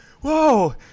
whoa